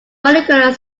molecular